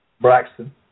Braxton